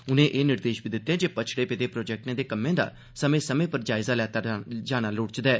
उनें ए निर्देश बी दिते जे पच्छड़े पेदे प्रोजैक्टें दे कम्में दा समैं समे पर जायज़ा लैता जाना लोड़चदा ऐ